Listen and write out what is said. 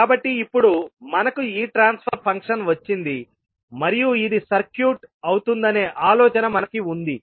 కాబట్టి ఇప్పుడు మనకు ఈ ట్రాన్స్ఫర్ ఫంక్షన్ వచ్చింది మరియు ఇది సర్క్యూట్ అవుతుందనే ఆలోచన మనకు ఉంది